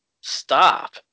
Stop